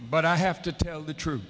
but i have to tell the truth